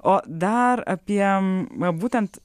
o dar apie būtent